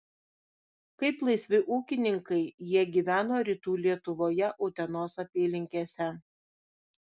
kaip laisvi ūkininkai jie gyveno rytų lietuvoje utenos apylinkėse